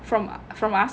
from from us